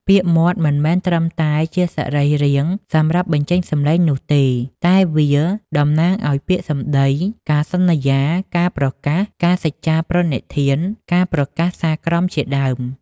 ពាក្យ "មាត់" មិនមែនត្រឹមតែជាសរីរាង្គសម្រាប់បញ្ចេញសំឡេងនោះទេ តែវាតំណាងឱ្យពាក្យសម្ដី ការសន្យា ការប្រកាស ការសច្ចាប្រណិធាន ការប្រកាសសាលក្រមជាដើម។